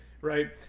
right